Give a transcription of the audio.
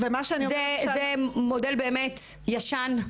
זה מודל באמת ישן.